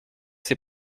ses